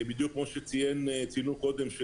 בדיוק כמו שציינו קודם,